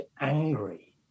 angry